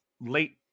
late